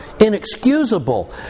inexcusable